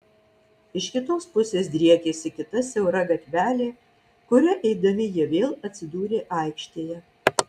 iš kitos pusės driekėsi kita siaura gatvelė kuria eidami jie vėl atsidūrė aikštėje